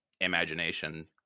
imagination